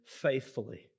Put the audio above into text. faithfully